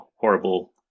horrible